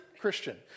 Christian